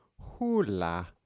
Hula